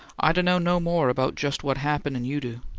i dunno no more about just what happened an you do.